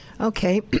Okay